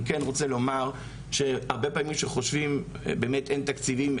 אני כן רוצה לומר שהרבה פעמים שחושבים אין תקציבים,